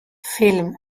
film